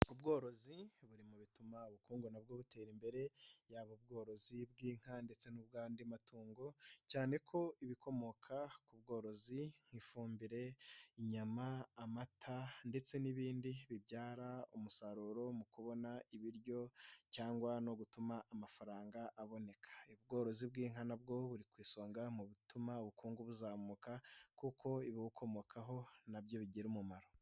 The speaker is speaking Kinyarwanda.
Ubworozi buri mu bituma ubukungu nabwo butera imbere, yaba ubworozi bw'inka, ndetse nayandi matungo, cyane ko ibikomoka ku bworozi nk'ifumbire, inyama, amata ndetse n'ibindi bibyara umusaruro mu kubona ibiryo, cyangwa no gutuma amafaranga aboneka, ubworozi bw'inka nabwo buri ku isonga mu bituma ubukungu buzamuka, kuko ibibukomokaho nabyo bigira umumaro.